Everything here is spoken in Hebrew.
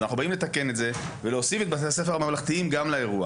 אז אנחנו באים לתקן את זה ולהוסיף את בתי הספר הממלכתיים גם לאירוע,